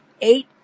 Eight